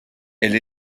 elle